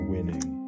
Winning